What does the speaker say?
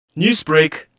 Newsbreak